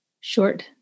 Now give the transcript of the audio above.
short